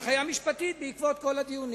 הנחיה משפטית בעקבות כל הדיונים.